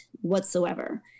whatsoever